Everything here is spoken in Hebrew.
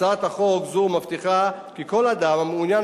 הצעת חוק זו מבטיחה כי כל אדם המעוניין